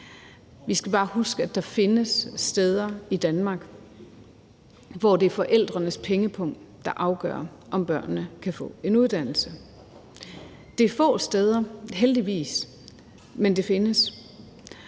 Vi skal bare huske, at der findes steder i Danmark, hvor det er forældrenes pengepung, der afgør, om børnene kan få en uddannelse. Det er heldigvis få steder, men det findes.